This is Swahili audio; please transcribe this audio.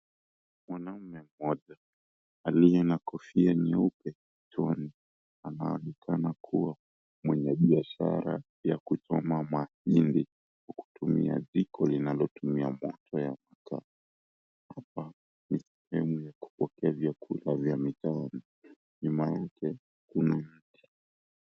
Mwanaume mmoja, aliye na kofia nyeupe kichwani, anaonekana kuwa mwenye biashara ya kuchoma mahindi kwa kutumia jiko linalotumia moto ya makaa. Hapa ni sehemu ya kupokea vyakula vya mitaani nyuma yake kuna mti.